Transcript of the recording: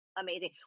amazing